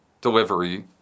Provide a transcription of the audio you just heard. delivery